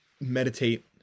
meditate